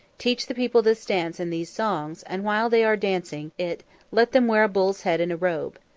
teach the people this dance and these songs, and while they are dancing it let them wear a bull's head and a robe.